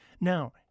Now